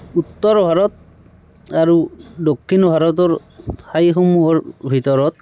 উত্তৰ ভাৰত আৰু দক্ষিণ ভাৰতৰ ঠাইসমূহৰ ভিতৰত